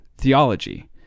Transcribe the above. theology